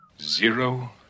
Zero